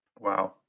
Wow